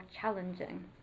challenging